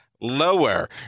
lower